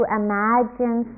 imagine